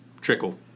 trickle